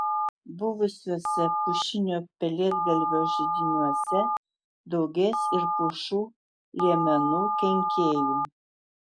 buvusiuose pušinio pelėdgalvio židiniuose daugės ir pušų liemenų kenkėjų